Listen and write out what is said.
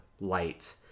light